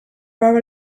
are